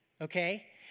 okay